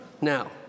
Now